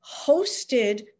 hosted